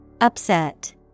Upset